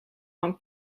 van